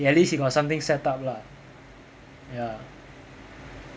he at least he got something set up lah ya